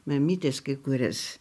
mamytės kai kurias